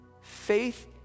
Faith